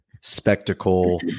spectacle